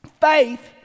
faith